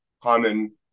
common